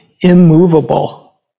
immovable